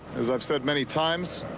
as iive said many times,